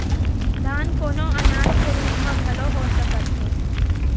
दान कोनो अनाज के रुप म घलो हो सकत हे